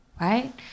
right